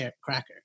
cracker